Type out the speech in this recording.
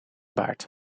baard